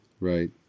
right